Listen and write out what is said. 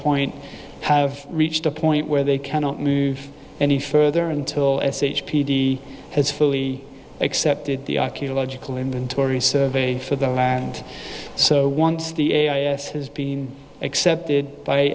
point have reached a point where they cannot move any further until as h p d has fully accepted the archeological inventory survey for the land so once the a r a s has been accepted by